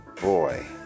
Boy